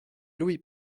louis